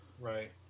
Right